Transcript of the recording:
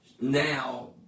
now